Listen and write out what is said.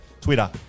twitter